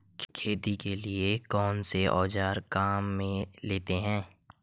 खेती के लिए कौनसे औज़ार काम में लेते हैं?